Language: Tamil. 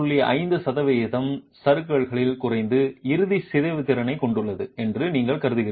5 சதவிகித சறுக்கலின் குறைந்த இறுதி சிதைவு திறனைக் கொண்டுள்ளது என்று நீங்கள் கருதுகிறீர்கள்